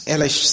Elas